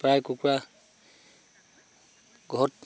প্ৰায় কুকুৰা ঘৰত